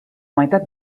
meitat